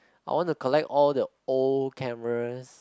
I want to collect all the old cameras